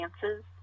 chances